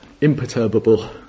imperturbable